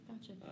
gotcha